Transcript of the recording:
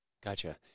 Gotcha